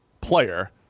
player